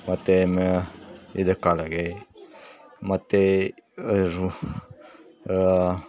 ಮತ್ತೆ ಮ ಇದ್ರ ಕಾಳಗೇ ಮತ್ತೆ ರು